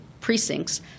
precincts